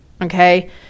Okay